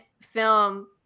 film